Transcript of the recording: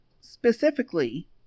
specifically